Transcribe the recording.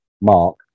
mark